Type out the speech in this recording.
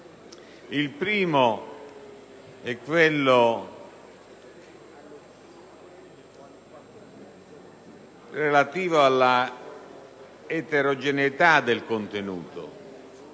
il primo è quello relativo alla eterogeneità del contenuto